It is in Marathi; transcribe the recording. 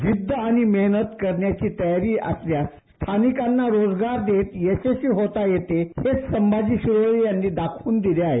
जिद्द आणि मेहनत करण्याची तयारी असल्यास स्थानिकांना यशस्वी रोजगार देत यशस्वी होता येते हेच संभाजी शिराळे यांनी दाखवून दिले आहे